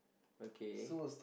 okay